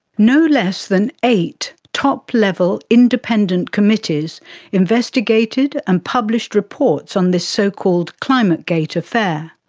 no less than eight top-level, independent committees investigated and published reports on this so called climategate affair.